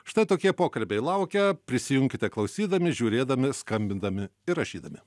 štai tokie pokalbiai laukia prisijunkite klausydami žiūrėdami skambindami ir rašydami